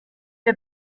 der